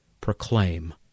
proclaim